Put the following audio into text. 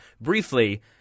briefly